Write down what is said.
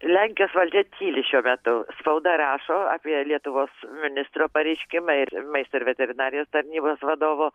lenkijos valdžia tyli šiuo metu spauda rašo apie lietuvos ministro pareiškimą ir maisto ir veterinarijos tarnybos vadovo